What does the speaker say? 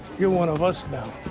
you're one of us now.